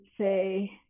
say